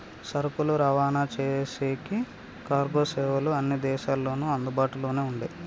సరుకులు రవాణా చేసేకి కార్గో సేవలు అన్ని దేశాల్లోనూ అందుబాటులోనే ఉండే